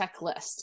checklist